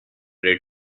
red